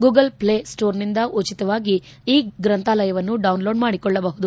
Google play ಸ್ನೋರ್ನಿಂದ ಉಚಿತವಾಗಿ ಈ ಗ್ರಂಥಾಲಯವನ್ನು ಡೌನ್ಲೋಡ್ ಮಾಡಿಕೊಳ್ಳಬಹುದು